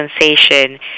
sensation